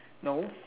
no